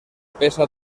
peça